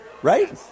Right